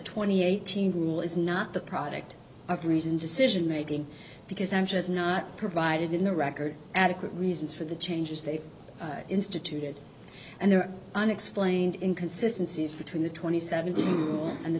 twenty eight hundred rule is not the product of reasoned decision making because i'm just not provided in the record adequate reasons for the changes they've instituted and their unexplained inconsistency is between the twenty seven and the